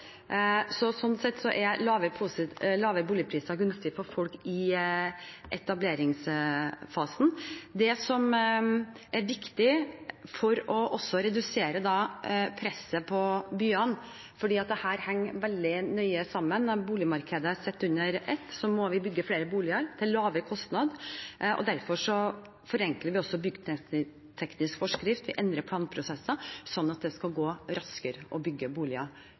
Så slik sett er lave boligpriser gunstig for folk i etableringsfasen. Det som er viktig for også å redusere presset på byene – for dette henger veldig nøye sammen med boligmarkedet sett under ett – er at vi må bygge flere boliger til en lavere kostnad. Derfor forenkler vi også byggteknisk forskrift, vi endrer planprosesser, slik at det skal gå raskere å bygge boliger